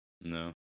No